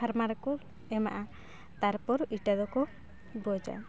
ᱯᱷᱟᱨᱢᱟ ᱨᱮᱠᱚ ᱮᱢᱟᱜᱼᱟ ᱛᱟᱨᱯᱚᱨ ᱤᱴᱟᱹ ᱫᱚᱠᱚ ᱵᱚᱡᱟ